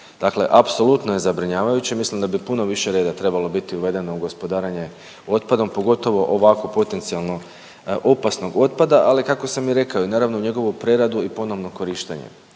Dakle, apsolutno je zabrinjavajuće, mislim da bi puno više reda trebalo biti uvedeno u gospodarenje otpadom, pogotovo ovako potencijalno opasnog otpada, ali kako sam i rekao i njegovu preradu i ponovno korištenje.